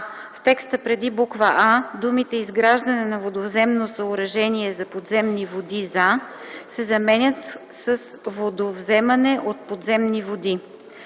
в текста преди буква „а”, думите „изграждане на водовземно съоръжение за подземни води за” се заменят с „водовземане от подземни води:”;